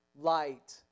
light